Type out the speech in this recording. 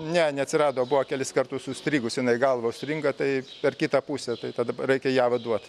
ne neatsirado buvo kelis kartus užstrigus jinai galva užstringa tai per kitą pusę tai tada reikia ją vaduot